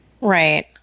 Right